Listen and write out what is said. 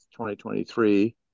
2023